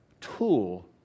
tool